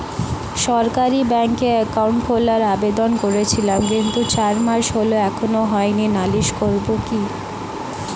সরকারি ব্যাংকে একাউন্ট খোলার আবেদন করেছিলাম কিন্তু চার মাস হল এখনো হয়নি নালিশ করব কি?